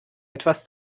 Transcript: etwas